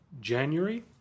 January